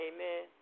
Amen